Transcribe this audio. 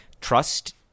trust